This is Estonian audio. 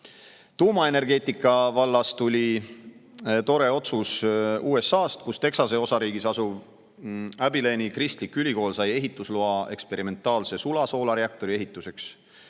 Tuumaenergeetika vallas tuli tore otsus USA‑st, kus Texase osariigis asuv Abilene'i kristlik ülikool sai ehitusloa eksperimentaalse sulasoolareaktori ehituseks.